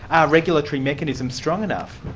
are regulatory mechanisms strong enough?